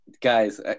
guys